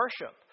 worship